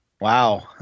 Wow